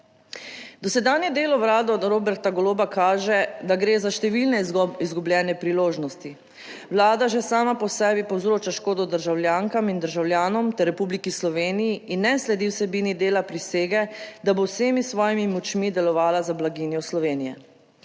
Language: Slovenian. Dosedanje delo Vlade od Roberta Goloba kaže, da gre za številne izgubljene priložnosti. Vlada že sama po sebi povzroča škodo državljankam in državljanom ter Republiki Sloveniji in ne sledi vsebini dela prisege, da bo z vsemi svojimi močmi delovala za blaginjo Slovenije.